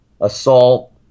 assault